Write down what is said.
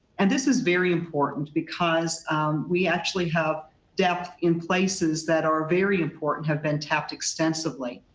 and this is very important because we actually have depth in places that are very important, have been tapped extensively.